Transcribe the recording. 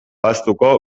ahaztuko